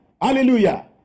hallelujah